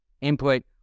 input